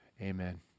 Amen